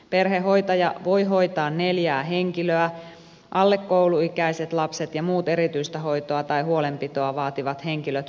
perhehoitaja voi hoitaa neljää henkilöä alle kouluikäiset lapset ja muut erityistä hoitoa tai huolenpitoa vaativat henkilöt mukaan luettuina